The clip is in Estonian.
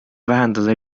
vähendada